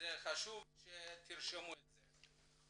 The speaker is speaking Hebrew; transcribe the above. חשוב שתרשמו את זה.